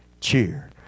cheer